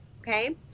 okay